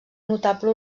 notable